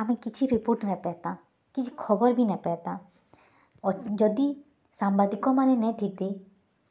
ଆମେ କିଛି ରିପୋର୍ଟ୍ ନାଇ ପାଏତା କିଛି ଖବର୍ ବି ନାଇ ପାଏତା ଯଦି ସାମ୍ୱାଦିକମାନେ ନାଇ ଥିତେ